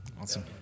Awesome